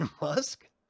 musk